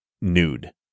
nude